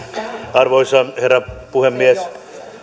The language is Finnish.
arvoisa herra puhemies